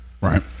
right